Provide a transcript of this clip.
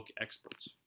experts